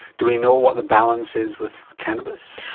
do we know what the balance is with cannabis?